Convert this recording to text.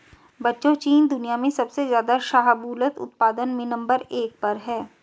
बच्चों चीन दुनिया में सबसे ज्यादा शाहबूलत उत्पादन में नंबर एक पर है